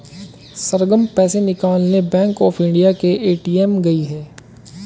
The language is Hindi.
सरगम पैसे निकालने बैंक ऑफ इंडिया के ए.टी.एम गई है